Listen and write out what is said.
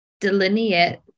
delineate